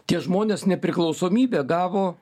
tie žmonės nepriklausomybę gavo